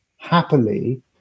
happily